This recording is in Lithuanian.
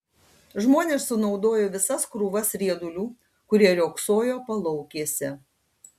žmonės sunaudojo visas krūvas riedulių kurie riogsojo palaukėse